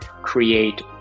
create